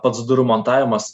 pats durų montavimas